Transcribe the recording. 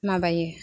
माबायो